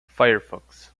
firefox